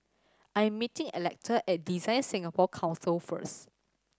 I am meeting Electa at DesignSingapore Council first